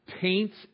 paints